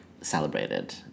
celebrated